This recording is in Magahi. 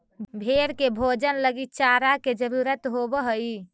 भेंड़ के भोजन लगी चारा के जरूरत होवऽ हइ